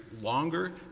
longer